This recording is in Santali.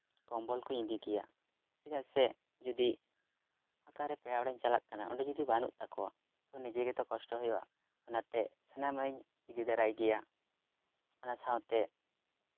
ᱠᱚᱢᱵᱚᱞ ᱠᱚᱹᱧ ᱤᱫᱤ ᱜᱮᱭᱟ ᱪᱮᱫᱟᱜ ᱥᱮ ᱡᱩᱫᱤ ᱚᱠᱟᱨᱮ ᱯᱮᱲᱟ ᱚᱲᱟᱜ ᱤᱧ ᱪᱟᱞᱟᱜ ᱠᱟᱱᱟ ᱚᱸᱰᱮ ᱡᱩᱫᱤ ᱵᱟᱹᱱᱩᱜ ᱛᱟᱠᱚᱣᱟ ᱛᱚ ᱱᱤᱡᱮ ᱜᱮᱛᱚ ᱠᱚᱥᱴᱚ ᱦᱩᱭᱩᱜᱼᱟ ᱚᱱᱟᱛᱮ ᱥᱟᱱᱟᱢᱟᱜ ᱤᱧ ᱤᱫᱤ ᱫᱟᱨᱟᱭ ᱜᱮᱭᱟ ᱚᱱᱟ ᱥᱟᱶᱛᱮ